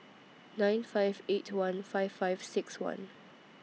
nine five eight one five five six one